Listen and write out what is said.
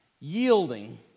yielding